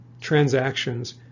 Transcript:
transactions